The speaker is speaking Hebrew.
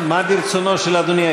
מה ברצונו של אדוני?